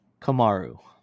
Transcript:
Kamaru